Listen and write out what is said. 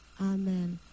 Amen